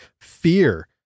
fear